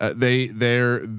ah they they're,